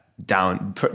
down